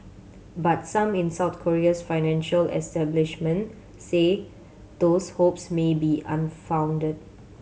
but some in South Korea's financial establishment say those hopes may be unfounded